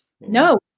No